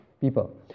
people